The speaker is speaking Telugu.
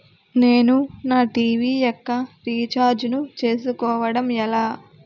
నేను నా టీ.వీ యెక్క రీఛార్జ్ ను చేసుకోవడం ఎలా?